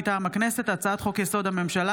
מטעם הכנסת: הצעת חוק-יסוד: הממשלה